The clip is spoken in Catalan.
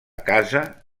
casa